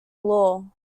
law